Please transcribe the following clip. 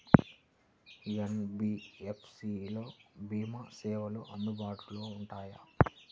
NBFC లలో భీమా సేవలు అందుబాటులో ఉంటాయా?